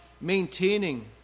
Maintaining